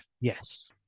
Yes